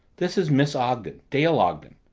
this is miss ogden dale ogden.